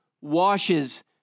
washes